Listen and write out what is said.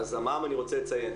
לגבי המע"מ אני רוצה לציין.